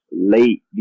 late